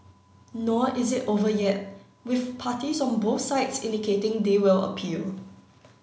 nor is it over yet with parties on both sides indicating they will appeal